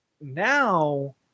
now